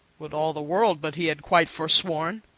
would all the world but he had quite forsworn!